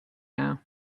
now